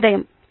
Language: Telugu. శుభోదయం